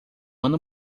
ano